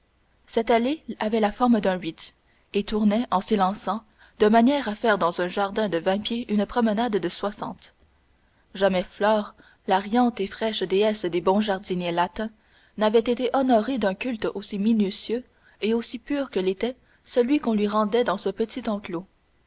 cette allée avait la forme d'un vide et tournait en s'élançant de manière à faire dans un jardin de vingt pieds une promenade de soixante jamais flore la riante et fraîche déesse des bons jardiniers latins n'avait été honorée d'un culte aussi minutieux et aussi pur que l'était celui qu'on lui rendait dans ce petit enclos